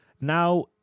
Now